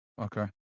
Okay